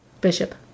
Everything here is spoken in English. bishop